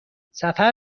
سفر